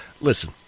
Listen